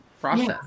process